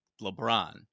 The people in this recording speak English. LeBron